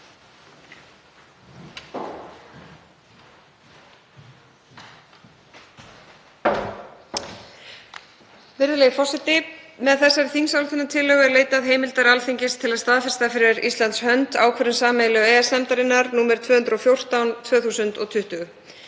Virðulegi forseti. Með þessari þingsályktunartillögu er leitað heimildar Alþingis til að staðfesta fyrir Íslands hönd ákvörðun sameiginlegu EES-nefndarinnar nr. 214/2020.